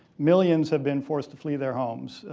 millions have been forced to flee their homes.